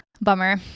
bummer